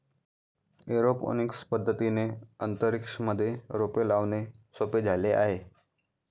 aeroponics पद्धतीने अंतरिक्ष मध्ये रोपे लावणे सोपे झाले आहे